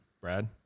Brad